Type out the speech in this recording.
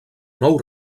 nou